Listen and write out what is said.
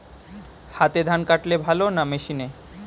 হাতে ধান কাটলে ভালো না মেশিনে?